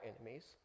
enemies